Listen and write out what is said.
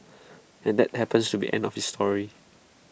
and that happens to be end of his story